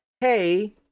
Hey